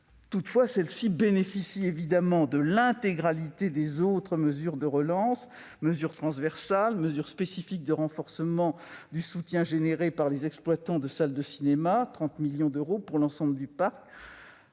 Toutefois, celles-ci bénéficient évidemment de l'intégralité des autres mesures de relance : mesures transversales, mesures spécifiques de renforcement du soutien prévues pour les exploitants de salles de cinéma, soit 30 millions d'euros pour l'ensemble du parc.